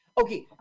okay